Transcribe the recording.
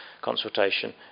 consultation